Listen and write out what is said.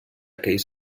aquell